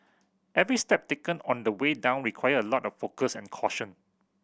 every step taken on the way down required a lot of focus and caution